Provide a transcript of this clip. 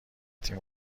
تیم